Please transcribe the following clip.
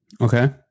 Okay